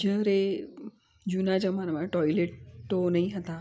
જ્યારે જુના જમાનામાં ટોયલેટ તો નહીં હતાં